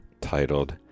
titled